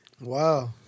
Wow